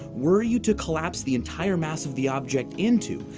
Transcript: were you to collapse the entire mass of the object into,